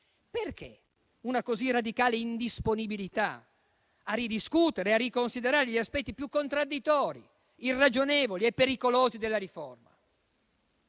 Perché una così radicale indisponibilità a ridiscutere e a riconsiderare gli aspetti più contraddittori, irragionevoli e pericolosi della riforma?